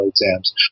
exams